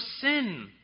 sin